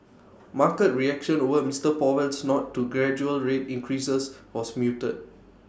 market reaction over Mister Powell's nod to gradual rate increases was muted